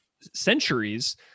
centuries